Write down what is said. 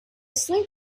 sleep